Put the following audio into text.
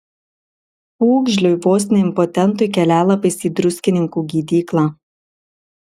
pūgžliui vos ne impotentui kelialapis į druskininkų gydyklą